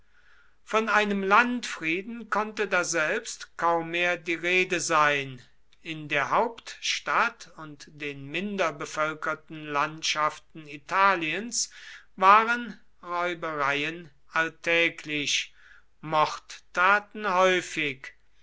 von einem landfrieden konnte daselbst kaum mehr die rede sein in der hauptstadt und den minder bevölkerten landschaften italiens waren räubereien alltäglich mordtaten häufig